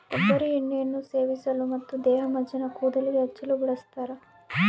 ಕೊಬ್ಬರಿ ಎಣ್ಣೆಯನ್ನು ಸೇವಿಸಲು ಮತ್ತು ದೇಹಮಜ್ಜನ ಕೂದಲಿಗೆ ಹಚ್ಚಲು ಬಳಸ್ತಾರ